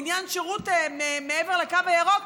בעניין שירות מעבר לקו הירוק,